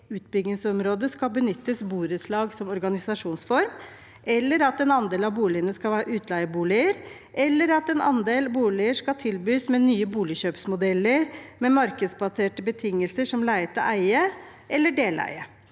utbyggingsområde skal benyttes borettslag som organisasjonsform, at en andel av boligene skal være utleieboliger, eller at en andel boliger skal tilbys med nye boligkjøpsmodeller med markedsbaserte betingelser som leie til eie eller deleie.